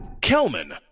Kelman